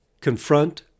confront